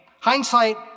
Hindsight